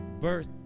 birth